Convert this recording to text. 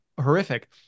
horrific